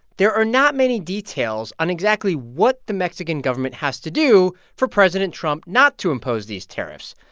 there are not many details on exactly what the mexican government has to do for president trump not to impose these tariffs.